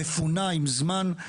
מפונה עם זמן,